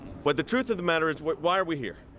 but the truth of the matter is why why are we here?